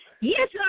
Yes